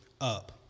up